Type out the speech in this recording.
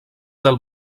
del